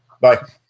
Bye